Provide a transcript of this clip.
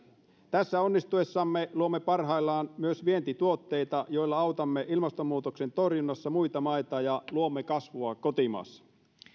tässä onnistuessamme luomme parhaimmillaan myös vientituotteita joilla autamme ilmastonmuutoksen torjunnassa muita maita ja luomme kasvua kotimaassa